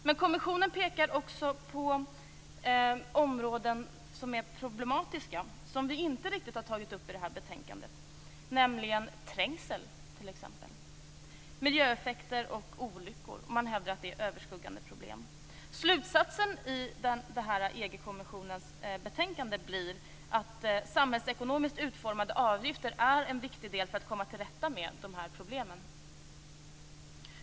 Men kommissionen pekar också på områden som är problematiska och som inte riktigt har tagits upp i betänkandet, nämligen trängsel, miljöeffekter och olyckor t.ex. Man hävdar att det är överskuggande problem. Slutsatsen i EG-kommissionens betänkande är att samhällsekonomiskt utformade avgifter är en viktig del för att komma till rätta med de här problemen.